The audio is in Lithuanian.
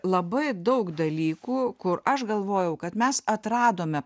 labai daug dalykų kur aš galvojau kad mes atradome